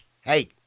Hey